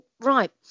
right